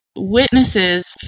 witnesses